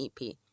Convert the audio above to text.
EP